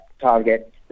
target